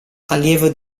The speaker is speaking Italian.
allievo